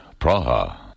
Praha